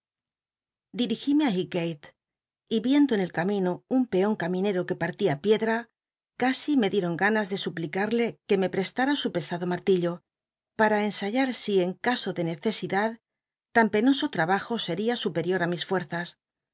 y viendo en el camino un peon caminero que partía piedra casi me dieron ganas de suplicarle que me prestara su pesado martillo para ensayar si en caso de necesidad tan penoso trabajo seria superior á mis fuer